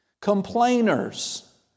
complainers